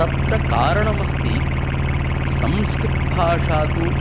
तत्र कारणमस्ति संस्कृतभाषा तु